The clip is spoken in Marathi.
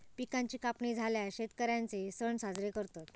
पिकांची कापणी झाल्यार शेतकर्यांचे सण साजरे करतत